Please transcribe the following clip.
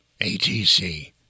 ATC